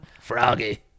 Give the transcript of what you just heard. Froggy